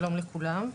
שלום לכולם.